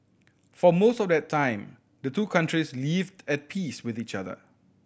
for most of that time the two countries lived at peace with each other